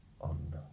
on